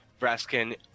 Braskin